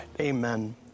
Amen